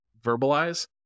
verbalize